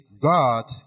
God